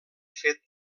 fet